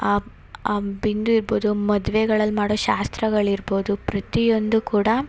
ಆ ಆ ಬಿಂದು ಇರ್ಬೋದು ಮದ್ವೆಗಳಲ್ಲಿ ಮಾಡೋ ಶಾಸ್ತ್ರಗಳು ಇರ್ಬೋದು ಪ್ರತಿಯೊಂದು ಕೂಡ